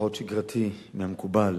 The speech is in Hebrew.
פברואר